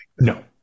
No